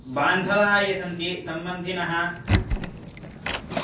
बान्धवाः ये सन्ति सम्बन्धिनः